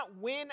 win